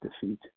defeat